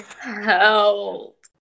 help